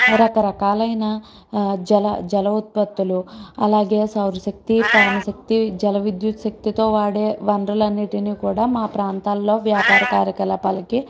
రకరకాలైన జల జలఉత్పత్తులు అలాగే సౌర శక్తి పవనశక్తి జలవిద్యుత్తు శక్తితో వాడే వనరులన్నిటిని కూడా మా ప్రాంతాల్లో వ్యాపార కార్యకలాపాలకి